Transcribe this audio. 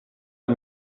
amb